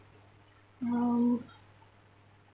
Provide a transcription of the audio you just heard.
um